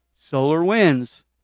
SolarWinds